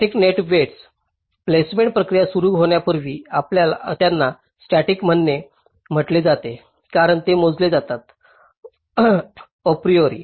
static net weights placement प्रक्रिया सुरू होण्यापूर्वी त्यांना स्टॅटिक म्हटले जाते कारण ते मोजले जातात अप्रीओरी